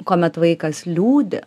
kuomet vaikas liūdi